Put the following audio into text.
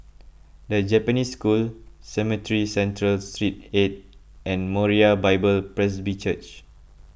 the Japanese School Cemetry Central Street eight and Moriah Bible Presby Church